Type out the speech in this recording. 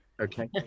Okay